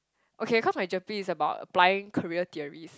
okay cause my GERPE is about applying career theories